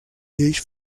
lleis